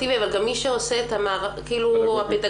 מי שעושה את הפדגוגיה,